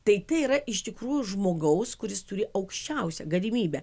tai yra iš tikrųjų žmogaus kuris turi aukščiausią galimybę